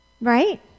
Right